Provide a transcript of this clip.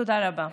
תודה רבה.